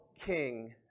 King